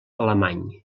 alemany